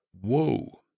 Whoa